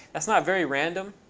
that's not very random,